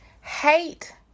hate